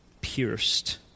pierced